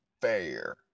fair